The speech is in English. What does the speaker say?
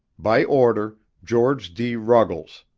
by order george d. ruggles.